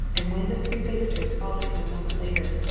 and when the three visitors followed him a moment later,